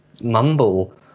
mumble